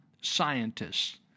scientists